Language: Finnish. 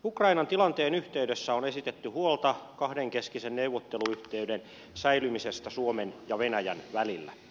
ukrainan tilanteen yhteydessä on esitetty huolta kahdenkeskisen neuvotteluyhteyden säilymisestä suomen ja venäjän välillä